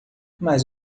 mas